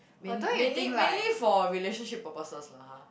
mainly mainly mainly for relationship purposes lah